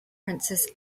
princess